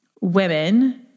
women